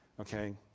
Okay